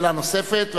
שאלה נוספת,